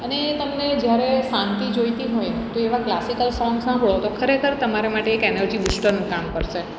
અને તમને જ્યારે શાંતિ જોઈતી હોય તો એવાં ક્લાસિકલ સોંગ સાંભળો તો ખરેખર તમારા માટે એક એનર્જી બુસ્ટરનું કામ કરશે